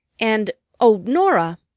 and o norah!